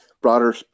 broader